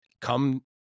come